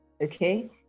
Okay